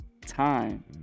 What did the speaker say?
time